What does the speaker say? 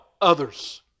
others